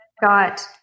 got